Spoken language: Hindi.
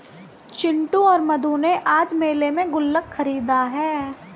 चिंटू और मधु ने आज मेले में गुल्लक खरीदा है